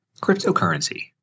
Cryptocurrency